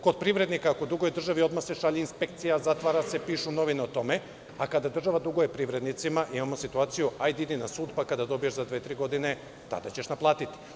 Kod privrednika, ako duguje državi, odmah se šalje inspekcija, zatvara se, pišu novine o tome, a kada država duguje privrednicima, imamo situaciju – hajde idi na sud, pa kada dobiješ za dve, tri godine, tada ćeš naplatiti.